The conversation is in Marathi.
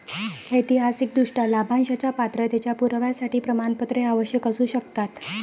ऐतिहासिकदृष्ट्या, लाभांशाच्या पात्रतेच्या पुराव्यासाठी प्रमाणपत्रे आवश्यक असू शकतात